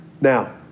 Now